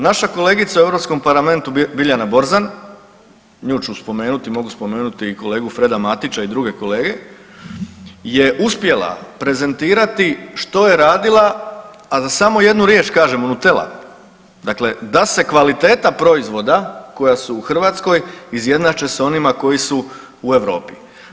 Naša kolegica u Europskom parlamentu Biljana Borzan, nju ću spomenuti mogu spomenuti i kolegu Freda Matića i druge kolege, je uspjela prezentirati što je radila, a da samo jednu riječ kažemo Nutella, dakle da se kvaliteta proizvoda koja su u Hrvatskoj izjednače s onima koji su u Europi.